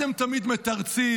אתם תמיד מתרצים,